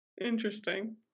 Interesting